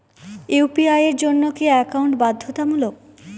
UPI এর জন্য কি একাউন্ট বাধ্যতামূলক?